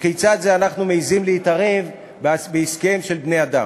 וכיצד זה אנחנו מעזים להתערב בעסקיהם של בני-אדם.